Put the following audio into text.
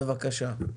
בבקשה.